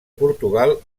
portugal